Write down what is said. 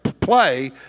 play